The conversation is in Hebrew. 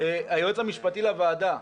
היועץ המשפטי לוועדה,